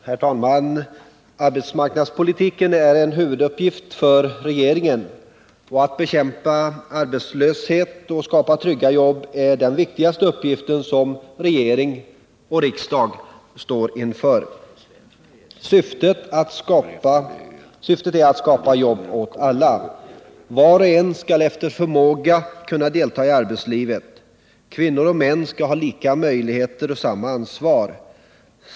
Herr talman! Arbetsmarknadspolitiken är en huvuduppgift för regeringen. Att bekämpa arbetslösheten och skapa trygga jobb är den viktigaste uppgift som regering och riksdag står inför. Syftet är att skapa jobb åt alla. Var och en skall efter förmåga kunna delta i arbetslivet. Kvinnor och män skall ha lika möjligheter och samma ansvar.